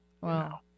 Wow